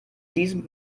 diesen